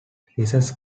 hesse